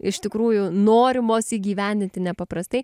iš tikrųjų norimos įgyvendinti nepaprastai